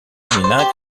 féminin